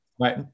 Right